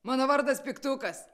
mano vardas piktukas